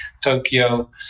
Tokyo